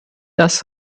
das